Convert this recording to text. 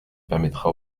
permettra